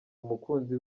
umukunzi